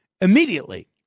immediately